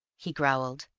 he growled,